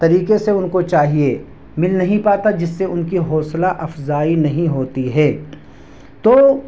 طریقے سے ان کو چاہیے مل نہیں پاتا جس سے ان کی حوصلہ افزائی نہیں ہوتی ہے تو